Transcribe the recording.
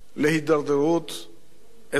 להידרדרות אזורית?